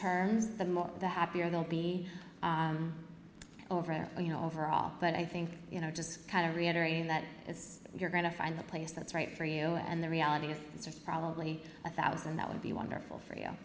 terms the more the happier they'll be over there overall but i think you know just kind of reiterating that if you're going to find the place that's right for you and the reality is probably a thousand that would be wonderful for you